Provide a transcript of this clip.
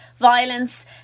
violence